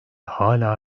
hâlâ